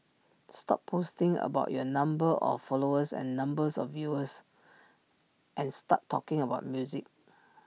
stop posting about your number of followers and numbers of views and start talking about music